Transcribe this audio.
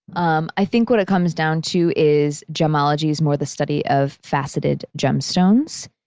um i think what it comes down to is gemology is more the study of faceted gemstones.